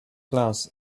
glance